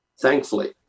thankfully